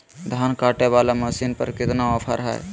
धान कटे बाला मसीन पर कितना ऑफर हाय?